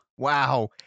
Wow